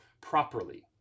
properly